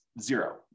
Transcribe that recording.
zero